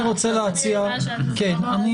אני רוצה להוסיף עכשיו הסתייגות.